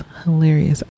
hilarious